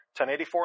1084